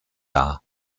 dar